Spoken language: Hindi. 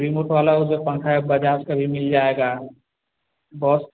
रिमोट वाला वो जो पंखा है बजाज का भी मिल जाएगा बहुत